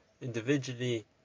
individually